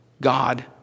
God